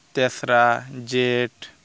ᱛᱮᱥᱨᱟ ᱡᱷᱮᱸᱴ